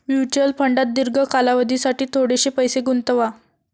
mutual फंडात दीर्घ कालावधीसाठी थोडेसे पैसे गुंतवा